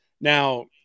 Now